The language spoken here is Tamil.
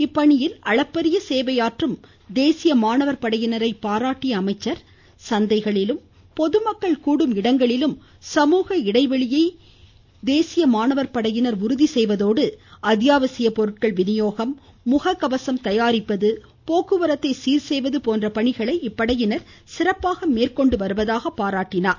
இப்பணியில் அளப்பரிய சேவையாற்றும் தேசிய மாணவர் படையினரை பாராட்டிய அவர் சந்தைகளிலும் பொதுமக்கள் கூடும் இடங்களிலும் சமூக இடைவெளியை உறுதி செய்வதோடு அத்தியாவசிய பொருட்கள் விநியோகம் முக கவசம் தயாரிப்பது போக்குவரத்தை சீர் செய்வது போன்ற பணிகளை இப்படையினர் சிறப்பாக மேற்கொண்டு வருவதாக பாராட்டினார்